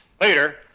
Later